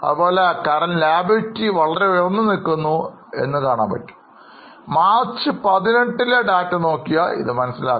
നിലവിലെ ബാധ്യത വളരെ ഉയർന്നതാണ് മാർച്ച് 18 ലെ കണക്ക് നോക്കിയാൽ ഇത് മനസ്സിലാക്കാം